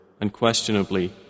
Unquestionably